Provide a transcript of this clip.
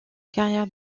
carrière